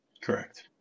Correct